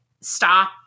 stop